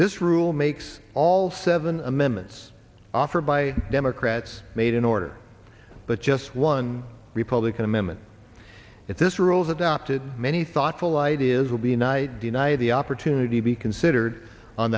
this rule makes all seven amendments offered by democrats made an order but just one republican amendment if this rules adopted many thoughtful ideas will be united deny the opportunity be considered on